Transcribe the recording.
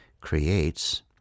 creates